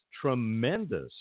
tremendous